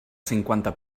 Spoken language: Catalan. cinquanta